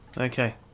Okay